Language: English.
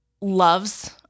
loves